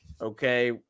okay